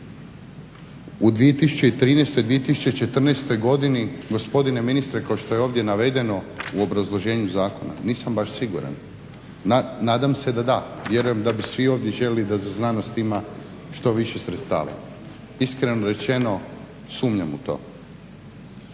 u 2013., 2014.godini gospodine ministre kao što je ovdje navedeno u obrazloženju zakona? Nisam baš siguran. Nadam se da da, vjerujem da bi svi ovdje željeli da za znanost ima što više sredstava. Iskreno rečeno sumnjam u to.